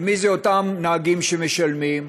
ומי הם אותם נהגים שמשלמים?